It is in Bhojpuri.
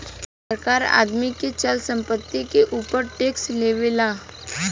सरकार आदमी के चल संपत्ति के ऊपर टैक्स लेवेला